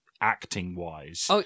acting-wise